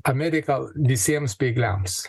ameriką visiems bėgliams